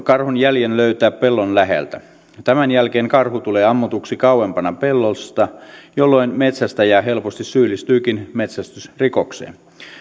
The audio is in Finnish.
karhun jäljen löytää pellon läheltä tämän jälkeen karhu tulee ammutuksi kauempana pellosta jolloin metsästäjä helposti syyllistyykin metsästysrikokseen